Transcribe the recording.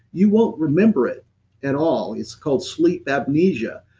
you won't remember it at all, it's called sleep apnesia,